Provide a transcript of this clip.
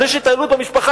כשיש התעללות במשפחה,